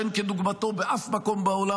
שאין כדוגמתו באף מקום בעולם,